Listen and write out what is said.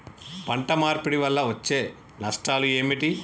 పంట మార్పిడి వల్ల వచ్చే నష్టాలు ఏమిటి?